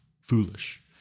foolish